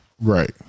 Right